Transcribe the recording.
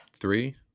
Three